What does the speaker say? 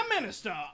minister